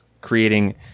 creating